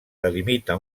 delimita